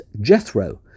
Jethro